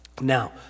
Now